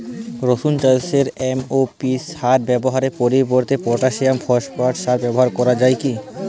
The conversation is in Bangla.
রসুন চাষে এম.ও.পি সার ব্যবহারের পরিবর্তে পটাসিয়াম সালফেট সার ব্যাবহার করা যায় কি?